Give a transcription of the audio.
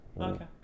Okay